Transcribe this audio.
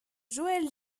joël